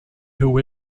who